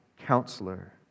counselor